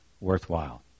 worthwhile